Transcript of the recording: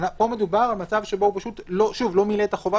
פה מדובר על מצב שהבנק לא מילא את החובה